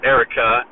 Erica